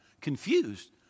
Confused